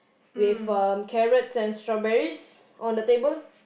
with um carrots and strawberries on the table